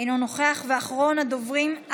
אינו נוכח, אחרון הדוברים,